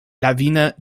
lawine